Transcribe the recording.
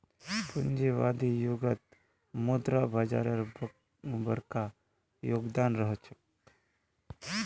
पूंजीवादी युगत मुद्रा बाजारेर बरका योगदान रह छेक